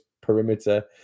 perimeter